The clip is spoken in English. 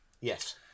Yes